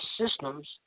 systems